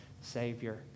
Savior